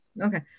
Okay